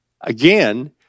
Again